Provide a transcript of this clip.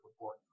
report